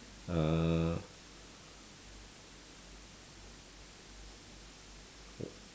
err